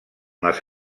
les